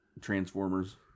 Transformers